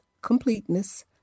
completeness